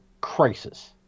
crisis